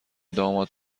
داماد